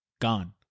gone